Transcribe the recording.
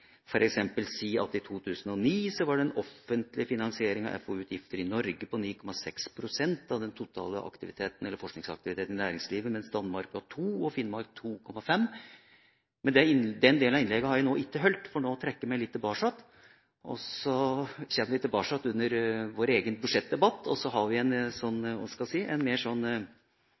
f.eks. si at i 2009 var den offentlige finansieringen av FoU-utgifter i Norge på 9,6 pst. av den totale forskningsaktiviteten i næringslivet, mens Danmark lå på 2 pst. og Finland på 2,5 pst. Men den delen av innlegget har jeg nå ikke holdt – for nå trekker jeg meg litt tilbake. Så kommer vi tilbake under vår egen budsjettdebatt, og så har vi en, ikke ryddigere, men litt breiere tilnærming til hvordan vi skal måle denne viktige aktiviteten på en